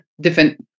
different